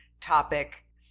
topic